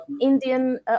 indian